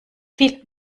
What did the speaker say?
viel